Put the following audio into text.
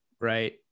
right